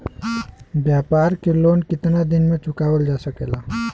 व्यापार के लोन कितना दिन मे चुकावल जा सकेला?